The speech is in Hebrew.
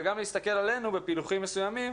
וגם להסתכל עלינו בפילוחים מסוימים